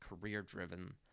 career-driven